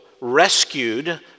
rescued